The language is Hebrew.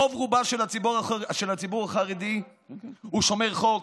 רוב-רובו של הציבור החרדי הוא שומר חוק,